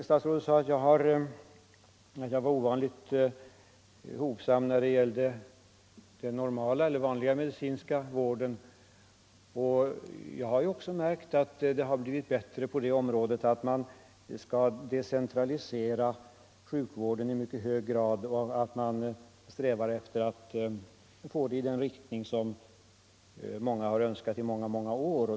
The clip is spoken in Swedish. Statsrådet sade att jag var ovanligt hovsam när det gällde den vanliga medicinska vården. Jag har också märkt att det blivit bättre på det området; att sjukvården skall decentraliseras i mycket hög grad och att strävandena över huvud taget går i den riktning som många har önskat under flera år.